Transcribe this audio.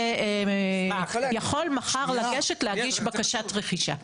יכול מחר לגשת להגיש בקשת רכישה.